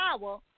power